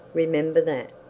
remember that.